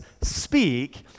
speak